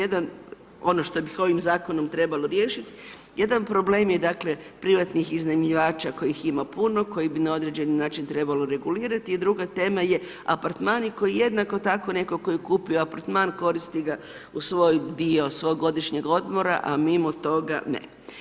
Ono što bi ovim zakonom trebalo riješiti, jedan problem je dakle privatnih iznajmljivača koji ima puno, koje bi na određeni način trebalo regulirati i druga tema je apartmani koji jednako tako netko tko je kupio apartman koristi ga u svoj dio svog godišnjeg odmora a mimo toga ne.